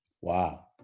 Wow